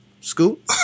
scoop